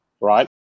right